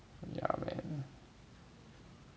yeah man